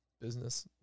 business